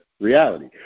Reality